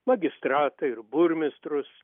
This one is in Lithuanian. magistratą ir burmistrus